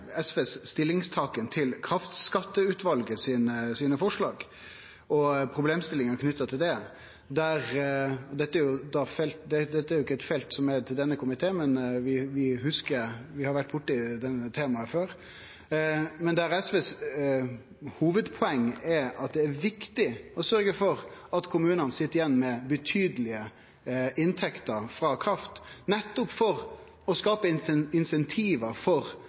SVs alternative budsjett, inkludert både økningen i ordinær selskapsskatt og grunnrenteskatten? Det eg antar Nilsen viste til, er SVs stillingstaken til kraftskatteutvalet sine forslag og problemstillingar knytte til det. Dette er ikkje eit felt som ligg til denne komiteen, men vi har vore borti temaet før. SVs hovudpoeng er at det er viktig å sørgje for at kommunane sit igjen med betydelege inntekter frå kraft, nettopp for å skape